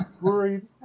worried